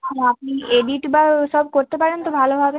ও আপনি এডিট বা ওসব করতে পারেন তো ভালোভাবে